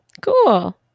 Cool